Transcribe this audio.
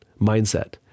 mindset